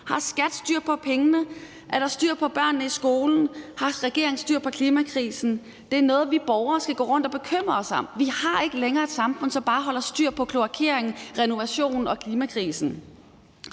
styr på pengene? Er der styr på børnene i skolen? Har regeringen styr på klimakrisen? Det er noget, vi borgere skal gå rundt og bekymre os om. Vi har ikke længere et samfund, som bare holder styr på kloakeringen, renovationen og klimakrisen.